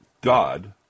God